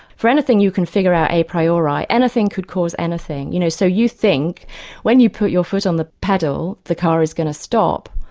for anything you can figure out a priori, anything could cause anything. you know so you think when you put your foot on the pedal the car is going to stop,